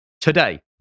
today